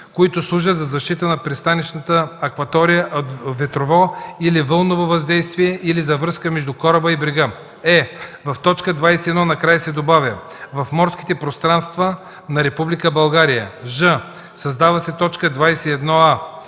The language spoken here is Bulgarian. които служат за защита на пристанищната акватория от ветрово или вълново въздействие или за връзка между кораба и брега”; е) в т. 21 накрая се добавя: „в морските пространства на Република България”; ж) създава се т. 21а: